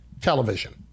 television